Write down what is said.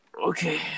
Okay